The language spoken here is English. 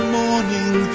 morning